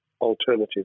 alternative